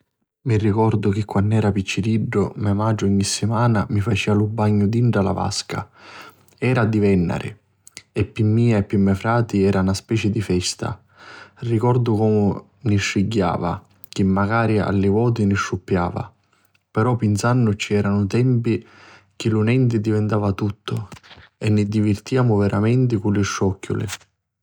Mi ricordu chi quann'era picciriddu me matri ogni simana mi facia lu bagnu dintra la vasca, era di vennari, e pi mia e pi me frati era na speci di festa. Ricordu comu ni strigghiava chi macari a li voti ni struppiava. Però pinsannuci eranu tempi chi lu nenti divintava tuttu e ni divirtiamu veramenti cu li strocchiuli.